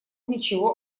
ничего